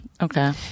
okay